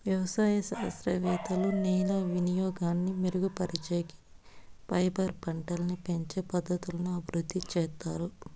వ్యవసాయ శాస్త్రవేత్తలు నేల వినియోగాన్ని మెరుగుపరిచేకి, ఫైబర్ పంటలని పెంచే పద్ధతులను అభివృద్ధి చేత్తారు